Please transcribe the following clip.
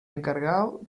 encargado